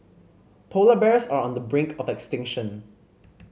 polar bears are on the brink of extinction